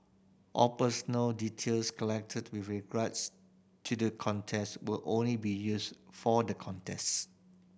all personal details collected with regards to the contest will only be used for the contest